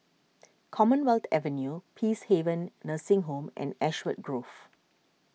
Commonwealth Avenue Peacehaven Nursing Home and Ashwood Grove